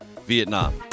Vietnam